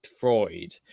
freud